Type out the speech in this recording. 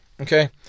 okay